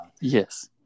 Yes